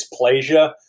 dysplasia